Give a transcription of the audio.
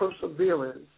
perseverance